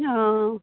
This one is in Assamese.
অঁ